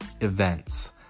events